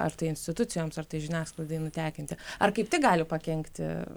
ar tai institucijoms ar tai žiniasklaidai nutekinti ar kaip tik gali pakenkti